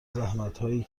زحمتایی